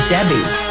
Debbie